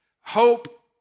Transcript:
hope